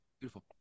Beautiful